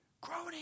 Groaning